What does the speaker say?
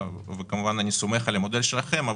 כמובן אני סומך על המודל שלכם,